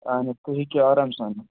اہن حظ تُہۍ ہیٚکِو آرام سان یِتھ